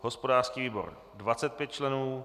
hospodářský výbor 25 členů